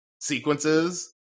sequences